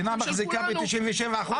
המדינה מחזיקה ב-97% על מה אתה מדבר?